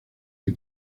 que